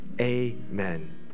amen